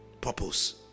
purpose